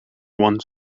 want